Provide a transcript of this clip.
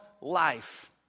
life